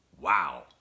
Wow